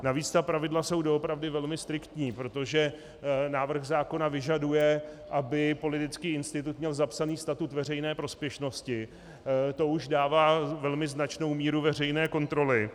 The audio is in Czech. Navíc ta pravidla jsou doopravdy velmi striktní, protože návrh zákona vyžaduje, aby politický institut měl zapsaný statut veřejné prospěšnosti, to už dává velmi značnou míru veřejné kontroly.